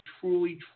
truly